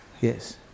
Yes